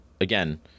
again